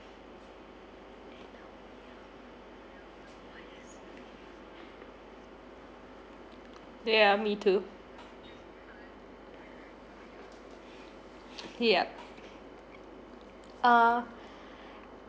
yeah me too yup uh